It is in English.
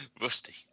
Rusty